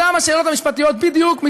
מתעוררות אותן שאלות משפטיות בדיוק.